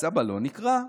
התפוצץ, הבלון נקרע.